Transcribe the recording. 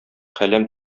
каләм